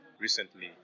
recently